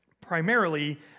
primarily